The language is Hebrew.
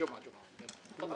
טוב,